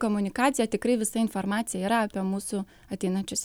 komunikaciją tikrai visa informacija yra apie mūsų ateinančius